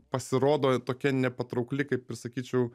pasirodo tokia nepatraukli kaip ir sakyčiau